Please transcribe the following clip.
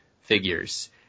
figures